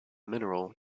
mineral